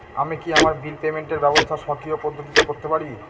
আমি কি আমার বিল পেমেন্টের ব্যবস্থা স্বকীয় পদ্ধতিতে করতে পারি?